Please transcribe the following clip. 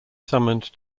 summoned